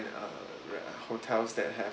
uh uh hotels that have